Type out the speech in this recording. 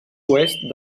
oest